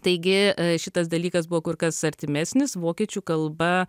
taigi šitas dalykas buvo kur kas artimesnis vokiečių kalba